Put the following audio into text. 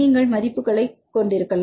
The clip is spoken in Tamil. நீங்கள் மதிப்புகளைக் கொண்டிருக்கலாம்